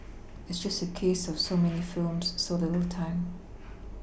it's just a case of so many films so little time